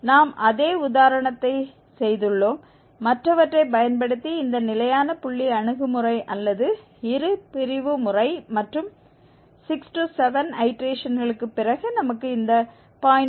நாம் அதே உதாரணத்தை செய்துள்ளோம் மற்றவற்றை பயன்படுத்தி இந்த நிலையான புள்ளி அணுகுமுறை அல்லது இருபிரிவு முறை மற்றும் 6 7 ஐடேரேஷன்களுக்கு பிறகு நமக்கு இந்த 0